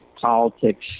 politics